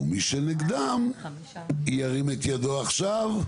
ומי שנגדן ירים את ידו עכשיו.